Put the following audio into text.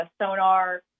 sonar